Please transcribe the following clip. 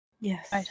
yes